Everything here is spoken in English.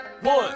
one